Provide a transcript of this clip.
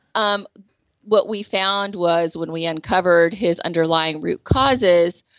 um what we found was when we uncovered his underlying root causes,